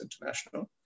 International